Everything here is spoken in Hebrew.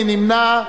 מי נמנע?